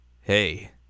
hey